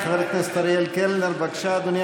חבר הכנסת אריאל קלנר, בבקשה, אדוני.